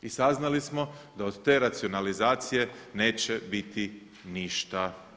I saznali samo da od te racionalizacije neće biti ništa.